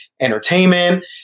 entertainment